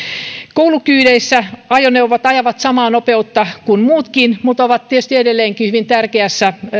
koulukyydeissä ajoneuvot ajavat samaa nopeutta kuin muutkin mutta ovat tietysti edelleenkin hyvin tärkeässä